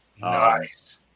nice